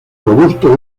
robusto